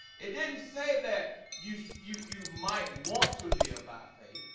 it didn't say that you you you might want to live by faith.